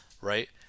right